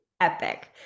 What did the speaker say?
epic